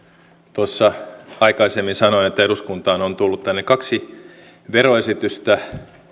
tuossa aikaisemmin sanoin että tänne eduskuntaan on tullut kaksi veroesitystä